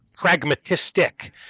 pragmatistic